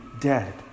dead